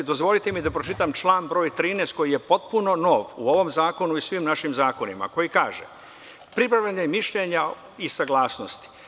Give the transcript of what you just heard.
Dozvolite mi da pročitam član broj 13. koji je potpuno nov u zakonu i svim našim zakonima - pribavljanje mišljenja i saglasnosti.